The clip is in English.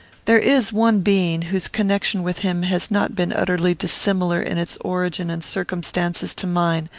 there is one being, whose connection with him has not been utterly dissimilar in its origin and circumstances to mine,